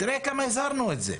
תראה כמה הזהרנו מזה.